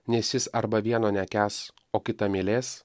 nes jis arba vieno nekęs o kitą mylės